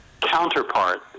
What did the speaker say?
Counterpart